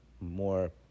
more